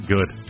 Good